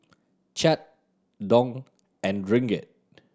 Kyat Dong and Ringgit